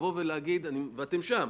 אתם שם.